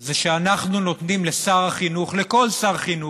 זה שאנחנו נותנים לשר החינוך, לכל שר חינוך,